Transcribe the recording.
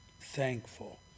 Thankful